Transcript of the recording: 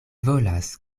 volas